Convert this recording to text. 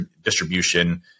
distribution